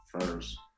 first